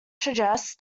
suggests